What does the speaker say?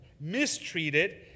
mistreated